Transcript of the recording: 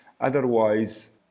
otherwise